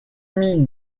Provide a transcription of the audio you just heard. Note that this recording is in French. mille